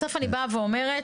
בסוף אני באה ואומרת,